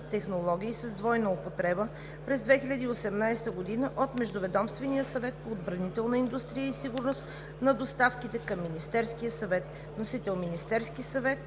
технологии с двойна употреба през 2018 г. от Междуведомствения съвет по отбранителна индустрия и сигурност на доставките към Министерския съвет, № 902-00-29, внесен от Министерския съвет